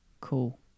Cool